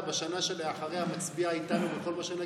בשנה שאחריה אתה מצביע איתנו בכל מה שנגיד?